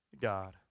God